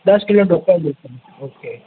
દશ કિલો ઢોકળા જોઇશે ઓકે